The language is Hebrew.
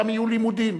שם יהיו לימודים.